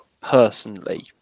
personally